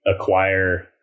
acquire